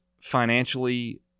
financially